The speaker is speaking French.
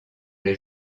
les